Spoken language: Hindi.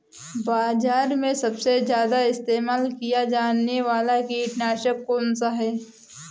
बाज़ार में सबसे ज़्यादा इस्तेमाल किया जाने वाला कीटनाशक कौनसा है?